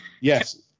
yes